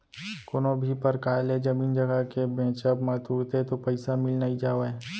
कोनो भी परकार ले जमीन जघा के बेंचब म तुरते तो पइसा मिल नइ जावय